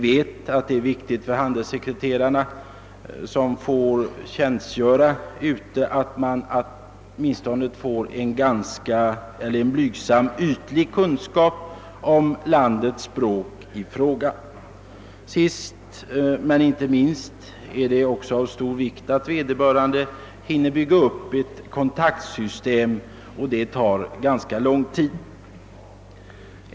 Det är viktigt att handelssekreterarna som får tjänstgöra ute, får en åtminstone ytlig kunskap om landets språk. Sist men inte minst är det av stor vikt att vederbörande hinner bygga upp ett kontaktsystem, och det kan ta ganska lång tid.